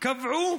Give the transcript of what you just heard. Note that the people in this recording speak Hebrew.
קבעו